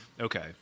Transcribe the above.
Okay